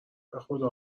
بخدا